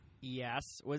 Yes